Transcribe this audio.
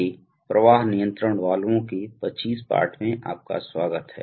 औद्योगिक स्वचालन पर पाठ्यक्रम के प्रवाह नियंत्रण वाल्वों के 25 पाठों में आपका स्वागत है